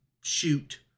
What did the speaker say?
shoot